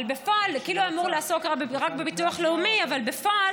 כאילו היה אמור לעסוק רק בביטוח לאומי, אבל בפועל